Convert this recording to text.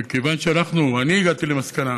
מכיוון שאני הגעתי למסקנה